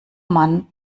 mann